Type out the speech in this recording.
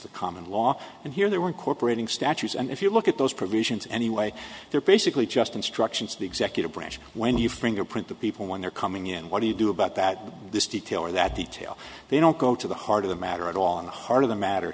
the common law and here they were incorporating statutes and if you look at those provisions anyway they're basically just instructions to the executive branch when you fingerprint the people when they're coming in what do you do about that this detail or that detail they don't go to the heart of the matter at all in the heart of the matter